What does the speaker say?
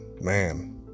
man